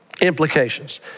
implications